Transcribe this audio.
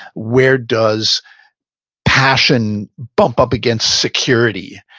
where does passion bump up against security?